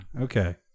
Okay